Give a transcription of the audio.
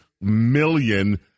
million